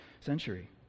century